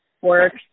work